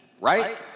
Right